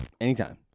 Anytime